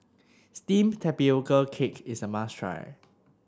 steamed Tapioca Cake is a must try